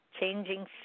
changing